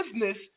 business